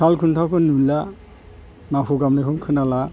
सालखुन्थाबो नुला माखु गाबनायखौनो खोनाला